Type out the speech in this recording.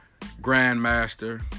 grandmaster